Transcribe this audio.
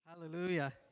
Hallelujah